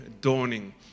dawning